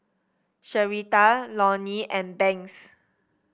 Sherita Lonny and Banks